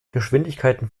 geschwindigkeiten